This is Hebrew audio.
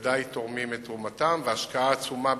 ודאי תורמים את תרומתם, והשקעה עצומה בתשתיות.